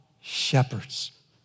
shepherds